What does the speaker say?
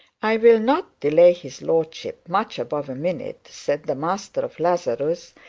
i will not delay his lordship much above a minute said the master of lazarus,